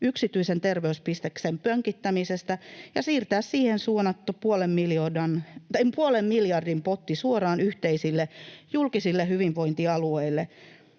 yksityisen terveysbisneksen pönkittämisestä ja siirtää siihen suunnattu puolen miljardin potti suoraan yhteisille julkisille hyvinvointialueille